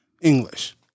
English